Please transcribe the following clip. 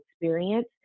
experience